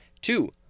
Two